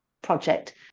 project